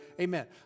Amen